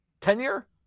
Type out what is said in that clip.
Tenure